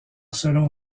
selon